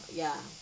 ya